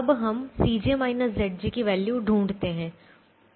अब हम की वैल्यू ढूंढते हैं